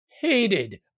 hated